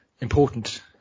important